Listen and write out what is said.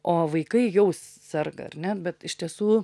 o vaikai jau serga ar ne bet iš tiesų